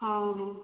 ହଁ ହଁ